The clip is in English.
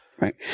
Right